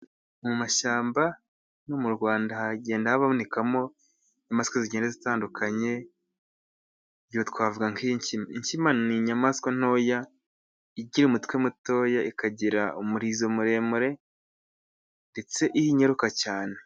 Mu mashyamba yo mu Rwanda hagenda habonekamo inyamaswa zigenda zitandukanye. Twavuga inkima. Inkima ni inyamaswa ntoya igira umutwe mutoya, ikagira umurizo muremure, ndetse inyaruka cyane.